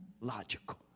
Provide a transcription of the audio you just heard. logical